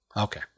Okay